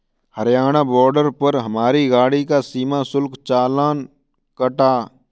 Haryana border पर हमारी गाड़ी का सीमा शुल्क चालान कटा